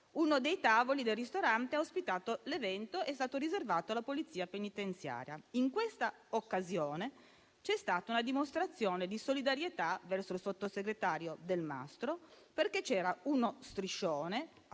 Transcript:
Uno dei tavoli del ristorante che ha ospitato l'evento è stato riservato alla Polizia penitenziaria. In quella occasione c'è stata una dimostrazione di solidarietà verso il sottosegretario Delmastro, perché c'era uno striscione, appunto